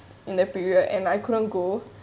in the period and I couldn't go